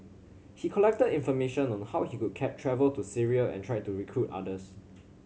he collected information on how he could travel to Syria and tried to recruit others